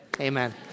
Amen